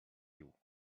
you